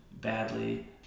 badly